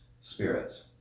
spirits